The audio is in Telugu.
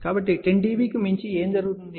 కాబట్టి 10 dB కి మించి ఏమి జరుగుతుంది